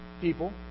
people